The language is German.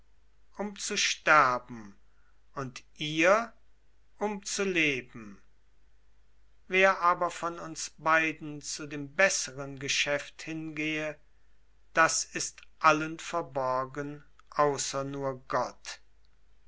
um zu sterben und ihr um zu leben wer aber von uns beiden zu dem besseren geschäft hingehe das ist allen verborgen außer nur gott